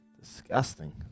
Disgusting